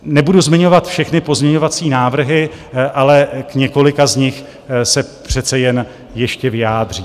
Nebudu zmiňovat všechny pozměňovací návrhy, ale k několika z nich se přece jen ještě vyjádřím.